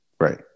Right